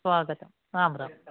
स्वागतम् राम राम राम